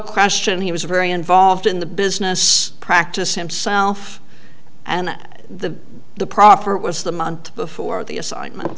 question he was very involved in the business practice himself and that the the proper it was the month before the assignment